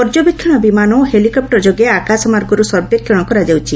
ପର୍ଯ୍ୟବେକ୍ଷଣ ବିମାନ ଓ ହେଲିକପ୍ଟର ଯୋଗେ ଆକାଶମାର୍ଗରୁ ସର୍ବେକ୍ଷଣ କରାଯାଉଛି